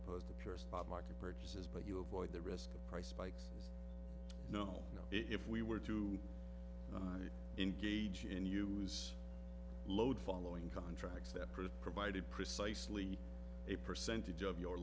opposed to pure spot market purchases but you avoid the risk of price spikes no no if we were to engage in use load following contracts that provided precisely a percentage of your